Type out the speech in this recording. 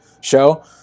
show